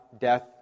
death